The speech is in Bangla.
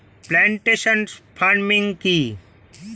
প্লান্টেশন ফার্মিং কি?